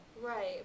right